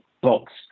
box